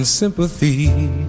Sympathy